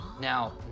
Now